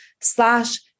slash